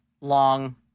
long